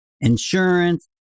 insurance